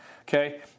Okay